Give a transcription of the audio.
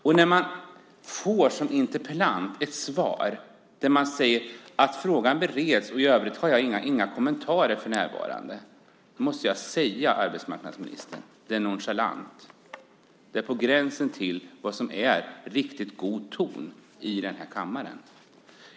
Interpellanten får här ett svar där det sägs att frågan bereds och att man i övrigt inte har några kommentarer för närvarande. Jag måste säga att det är nonchalant, arbetsmarknadsministern. Det är på gränsen till vad som är riktigt god ton i kammaren.